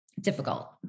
difficult